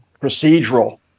procedural